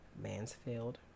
mansfield